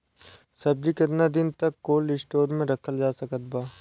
सब्जी केतना दिन तक कोल्ड स्टोर मे रखल जा सकत बा?